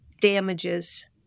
damages